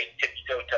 tip-toe